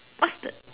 what's the